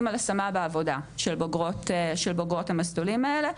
על עצמה בעבודה של בוגרות של בוגרות המסלולים האלה.